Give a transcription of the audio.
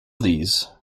these